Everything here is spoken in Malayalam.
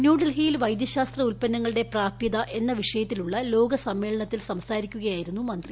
ന്യൂഡൽഹിയിൽ വൈദ്യശാസ്ത്ര ഉത്പന്നങ്ങളുടെ പ്രാപൃത എന്ന വിഷയത്തിലുള്ള ലോക സമ്മേളനത്തിൽ സംസാരിക്കുകയായിരുന്നു മന്ത്രി